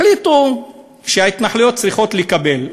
החליטו שההתנחלויות צריכות לקבל,